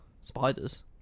spiders